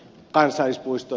kannatan